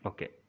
Okay